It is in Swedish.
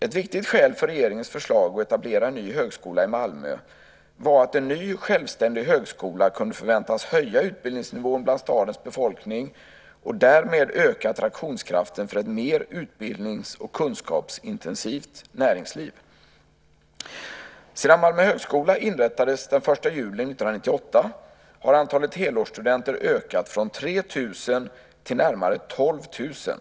Ett viktigt skäl för regeringens förslag att etablera en ny högskola i Malmö var att en ny självständig högskola kunde förväntas höja utbildningsnivån bland stadens befolkning och därmed öka attraktionskraften för ett mer utbildnings och kunskapsintensivt näringsliv. Sedan Malmö högskola inrättades den 1 juli 1998 har antalet helårsstudenter ökat från 3 000 till närmare 12 000.